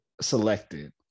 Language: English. selected